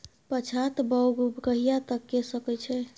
पछात बौग कहिया तक के सकै छी?